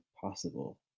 possible